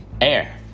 air